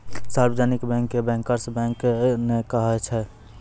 सार्जवनिक bank के bankers bank नै कहै छै